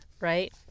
right